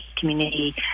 community